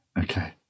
Okay